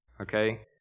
Okay